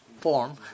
form